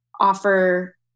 offer